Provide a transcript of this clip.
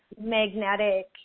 magnetic